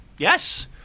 Yes